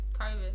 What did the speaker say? COVID